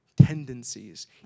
tendencies